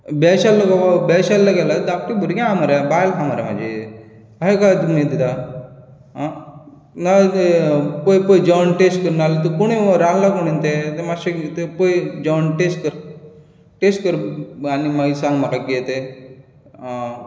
बेळशेल्लो कहो बेळशेल्लें केलां धाकटें भुरगें आसा बायल आसा मरे म्हाजी अहें कहें तुमी दितात आह नाजाल्यार पळय पळय जेवण टेस्ट कर नाल्यार कोणी रांदलां कोणी तें पय जेवण टेस्ट कर मात्शें पळय जेवण टेस्ट कर टेस्ट कर आनी मागीर सांग म्हाका म्हाका कितें तें